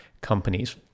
companies